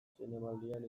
zinemaldian